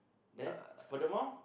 then furthermore